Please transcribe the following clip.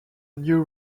new